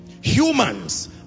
Humans